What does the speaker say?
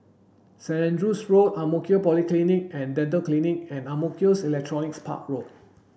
Saint Andrew's Road Ang Mo Kio Polyclinic and Dental Clinic and Ang Mo Kio Electronics Park Road